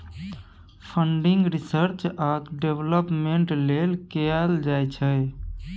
funding research आ development लेल कएल जाइ छै